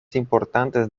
importantes